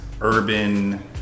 urban